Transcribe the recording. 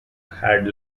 had